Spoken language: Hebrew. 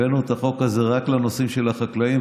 הבאנו את החוק הזה רק לנושאים של החקלאים,